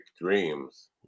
dreams